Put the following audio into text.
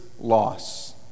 loss